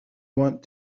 want